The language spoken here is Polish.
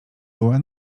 była